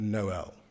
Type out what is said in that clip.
Noel